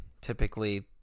typically